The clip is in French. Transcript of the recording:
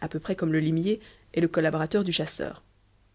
à peu près comme le limier est le collaborateur du chasseur